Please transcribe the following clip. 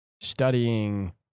studying